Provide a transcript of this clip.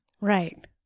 Right